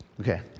Okay